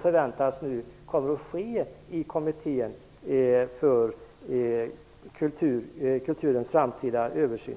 förväntar kommer att ske i kommittén för kulturens framtida översyn.